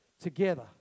together